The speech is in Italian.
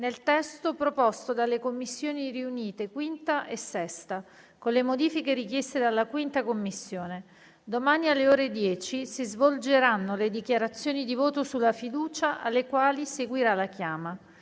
nel testo proposto dalle Commissioni riunite 5a e 6a con le modifiche richieste dalla 5a Commissione. Domani, alle ore 10, si svolgeranno le dichiarazioni di voto sulla fiducia, alle quali seguirà la chiama.